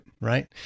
Right